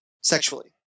sexually